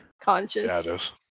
conscious